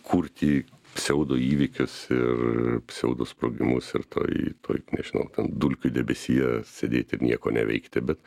kurti pseudo įvykius ir pseudo sprogimus ir toj toj nežinau ten dulkių debesyje sėdėti ir nieko neveikti bet